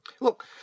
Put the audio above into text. look